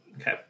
Okay